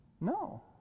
No